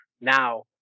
now